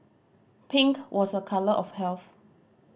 pink was a colour of health